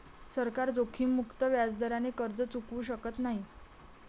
सरकार जोखीममुक्त व्याजदराने कर्ज चुकवू शकत नाही